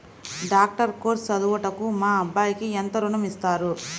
Doctor course చదువుటకు మా అబ్బాయికి ఎంత ఋణం ఇస్తారు?